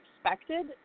expected